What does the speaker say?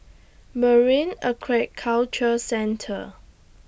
Marine Aquaculture Centre